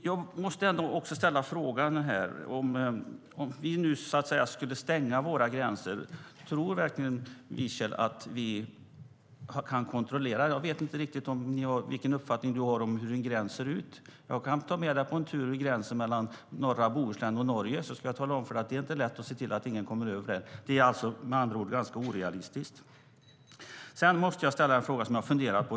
Jag måste också ställa frågan här: Om vi nu skulle stänga våra gränser, tror du verkligen att vi skulle kunna kontrollera det, Markus Wiechel? Jag vet inte vilken uppfattning du har om hur en gräns ser ut. Jag kan ta med dig på en tur till gränsen mellan norra Bohuslän och Norge. Då ska jag tala om för dig att det inte är lätt att se till att ingen kommer över. Det är med andra ord ganska orealistiskt. Sedan måste jag ställa en fråga som jag har funderat på.